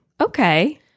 okay